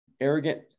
Arrogant